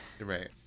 right